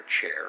chair